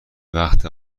وقت